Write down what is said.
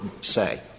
say